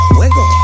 wiggle